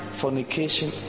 fornication